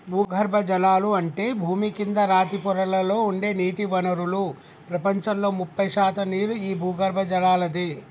భూగర్బజలాలు అంటే భూమి కింద రాతి పొరలలో ఉండే నీటి వనరులు ప్రపంచంలో ముప్పై శాతం నీరు ఈ భూగర్బజలలాదే